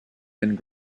and